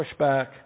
pushback